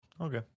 Okay